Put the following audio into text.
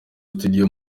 studio